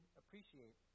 appreciate